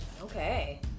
okay